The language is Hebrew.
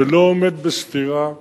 זה לא עומד בסתירה,